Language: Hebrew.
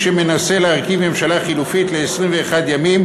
שמנסה להרכיב ממשלה חלופית ל-21 ימים,